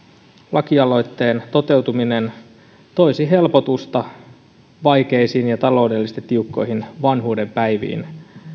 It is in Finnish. lakialoitteen toteutuminen toisi helpotusta vaikeisiin ja taloudellisesti tiukkoihin vanhuuden päiviin